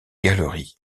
galeries